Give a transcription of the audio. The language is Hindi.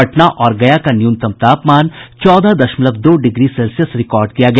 पटना और गया का न्यूनतम तापमान चौदह दशमलव दो डिग्री सेल्सियस रिकॉर्ड किया गया